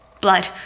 Blood